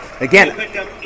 Again